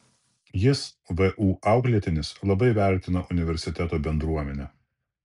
jis vu auklėtinis labai vertina universiteto bendruomenę